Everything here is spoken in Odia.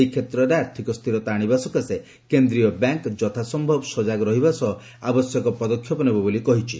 ଏହି କ୍ଷେତ୍ରରେ ଆର୍ଥିକ ସ୍ଥିରତା ଆଣିବା ସକାଶେ କେନ୍ଦ୍ରୀୟ ବ୍ୟାଙ୍କ ଯଥାସମ୍ଭବ ସଜାଗ ରହିବା ସହ ଆବଶ୍ୟକ ପଦକ୍ଷେପ ନେବ ବୋଲି କହିଛି